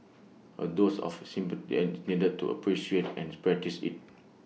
A dose of is needed to appreciate and practice IT